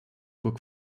book